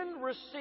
receive